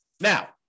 Now